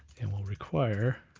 and we'll require,